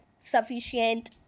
sufficient